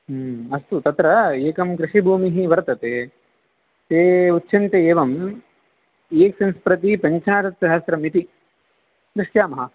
हूं अस्तु तत्र एकं कृषिभूमिः वर्तते ते उच्यन्ते एवं एक् सेन्ट् प्रति सञ्चाशत्सहस्रं इति दृष्यामः